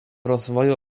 rozwoju